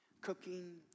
cooking